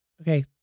Okay